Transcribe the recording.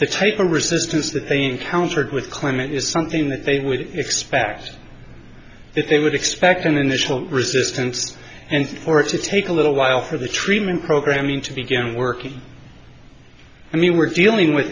they take a resistance that they encountered with climate is something that they would expect that they would expect an initial resistance and for it to take a little while for the treatment programming to begin working i mean we're dealing with